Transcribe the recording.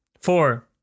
Four